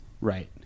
Right